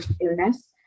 illness